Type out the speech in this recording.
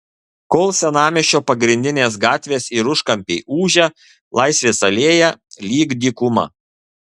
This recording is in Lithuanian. kol senamiesčio pagrindinės gatvės ir užkampiai ūžia laisvės alėja lyg dykuma